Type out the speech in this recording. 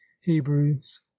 hebrews